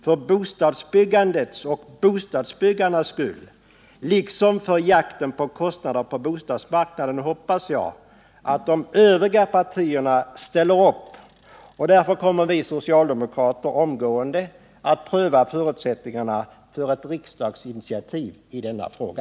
För bostadsbyggandets och bostadsbyggarnas skull och med hänsyn till jakten på kostnader på bostadsmarknaden hoppas jag att de övriga partierna ställer upp. Därför kommer vi socialdemokrater att pröva förutsättningarna för ett riksdagsinitiativ i denna fråga.